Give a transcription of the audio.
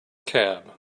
cab